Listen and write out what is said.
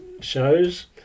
shows